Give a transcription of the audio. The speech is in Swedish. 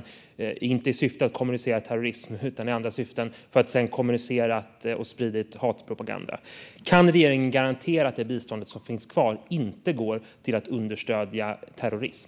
- inte i syfte att kommunicera terrorism utan i andra syften - och använt den för att sprida hatpropaganda. Kan regeringen garantera att det bistånd som finns kvar inte går till att understödja terrorism?